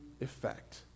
effect